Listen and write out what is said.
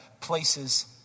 places